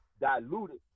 diluted